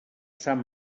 sant